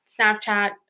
Snapchat